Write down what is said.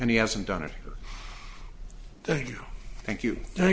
and he hasn't done it thank you